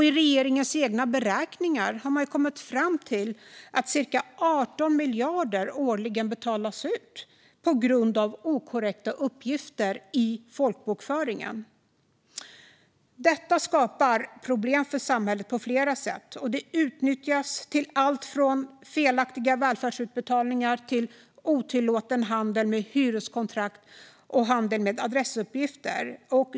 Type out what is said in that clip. I regeringens egna beräkningar har man kommit fram till att cirka 18 miljarder årligen betalas ut på grundval av inkorrekta uppgifter i folkbokföringen. Det här skapar problem för samhället på flera sätt och utnyttjas till allt från felaktiga välfärdsutbetalningar till otillåten handel med hyreskontrakt och handel med adressuppgifter.